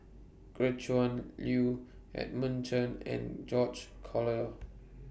Gretchen Liu Edmund Chen and George Collyer